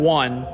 one